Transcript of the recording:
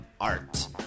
art